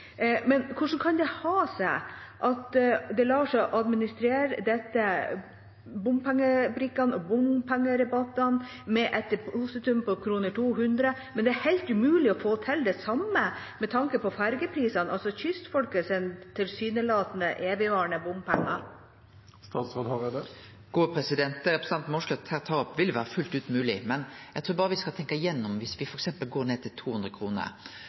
Men hvordan kan det ha seg at det lar seg gjøre å administrere dette, bompengebrikkene og bompengerabattene med et depositum på 200 kr, men det er helt umulig å få til det samme med tanke på fergeprisene, altså kystfolkets tilsynelatende evigvarende bompenger? Det representanten Mossleth her tar opp, vil vere fullt mogleg, men eg trur berre vi skal tenkje igjennom det. Dersom vi f.eks. går ned til 200